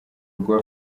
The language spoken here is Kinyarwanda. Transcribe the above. rwa